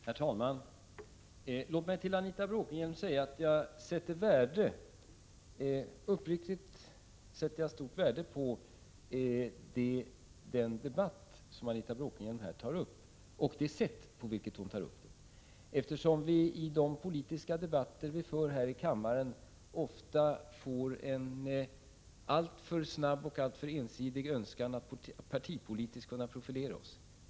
Herr talman! Låt mig säga till Anita Bråkenhielm att jag uppriktigt sätter stort värde på den debatt som Anita Bråkenhielm här tar upp och det sätt på vilket hon för den, eftersom vi i de politiska debatter vi för här i kammaren ofta får en alltför snabb och alltför ensidig önskan att partipolitiskt kunna profilera oss.